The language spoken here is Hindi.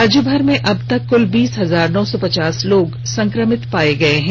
राज्यभर में अब तक कुल बीस हजार नौ सौ पचास लोग संक्रमित पाये गये हैं